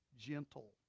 gentle